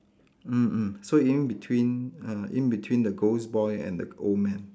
mm mm so in between err in between the ghost boy and the old man